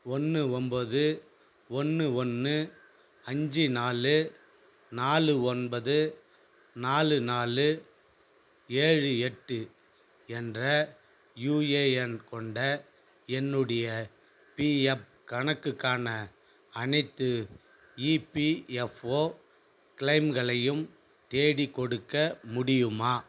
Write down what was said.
ஒன்று ஒம்பது ஒன்று ஒன்று அஞ்சு நாலு நாலு ஒன்பது நாலு நாலு ஏழு எட்டு என்ற யுஏஎன் கொண்ட என்னுடைய பிஎஃப் கணக்குக்கான அனைத்து இபிஎஃப்ஓ க்ளைம்களையும் தேடிக்கொடுக்க முடியுமா